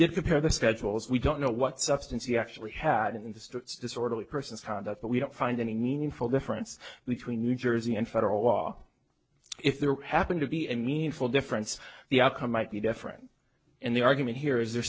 did compare the schedules we don't know what substance he actually had in the states disorderly persons conduct but we don't find any meaningful difference between new jersey and federal law if there happened to be a meaningful difference the outcome might be different and the argument here is there